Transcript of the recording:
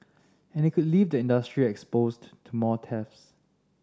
and it could leave the industry exposed to more thefts